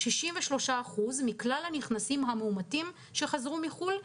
63% מכלל הנכנסים המאומתים שחזרו מחו"ל,